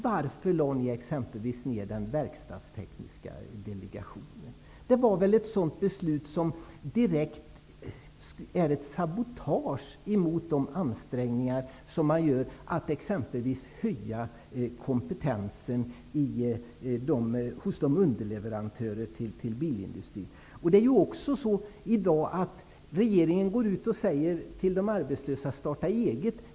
Varför lade ni exempelvis ner den verkstadstekniska delegationen? Det är ett beslut som är ett direkt sabotage emot de ansträngningar som görs för att t.ex. höja kompetensen hos underleverantörerna till bilindustrin. I dag går regeringen ut till de arbetslösa och säger att de skall starta eget.